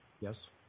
Yes